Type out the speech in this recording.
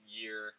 year